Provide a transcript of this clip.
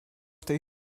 tej